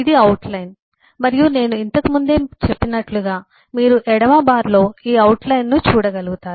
ఇది outline మరియు నేను ఇంతకు ముందే చెప్పినట్లుగా మీరు ఎడమ బార్లో ఈ అవుట్ లైన్ ను చూడగలుగుతారు